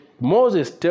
Moses